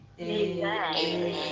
Amen